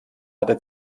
hatte